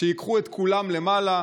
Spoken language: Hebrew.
שייקחו את כולם למעלה,